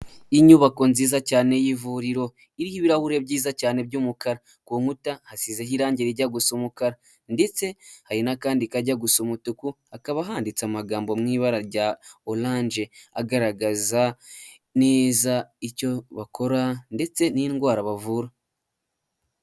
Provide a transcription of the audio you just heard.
Inyubako nziza cyane y'ivuriro, iriho ibirahure byiza cyane by'umukara, ku nkuta hasizeho irangi rijya gusa umukara ndetse hari n'akandi kajya gusa umutuku, hakaba handitse amagambo mu ibara rya oranje agaragaza neza icyo bakora ndetse n'indwara bavura.